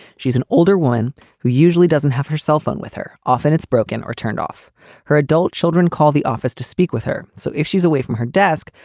she's an older one who usually doesn't have her cell phone with her. often it's broken or turned off her adult children. call the office to speak with her. so if she's away from her desk,